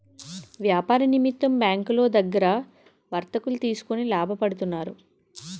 వ్యాపార నిమిత్తం బ్యాంకులో దగ్గర వర్తకులు తీసుకొని లాభపడతారు